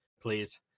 Please